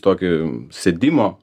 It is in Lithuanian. tokį sėdimo